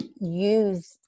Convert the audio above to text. use